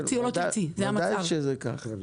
ודאי שזה כך.